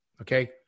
Okay